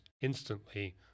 instantly